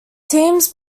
teams